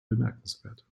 bemerkenswert